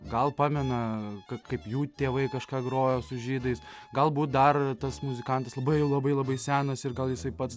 gal pamena kad kaip jų tėvai kažką grojo su žydais galbūt dar tas muzikantas labai labai labai senas ir gal jisai pats